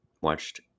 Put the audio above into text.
Watched